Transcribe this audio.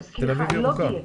תל אביב ירוקה.